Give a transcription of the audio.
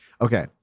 Okay